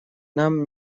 нам